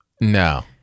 no